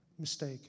Mistake